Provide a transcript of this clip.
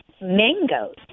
mangoes